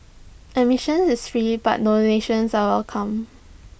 admission is free but donations are welcome